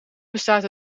bestaat